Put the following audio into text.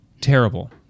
terrible